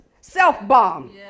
self-bomb